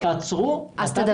אז שהאדם